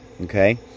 Okay